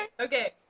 Okay